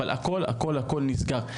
אבל הכל הכל הכל נסגר.